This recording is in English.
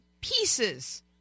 pieces